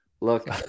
Look